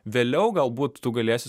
vėliau galbūt tu galėsi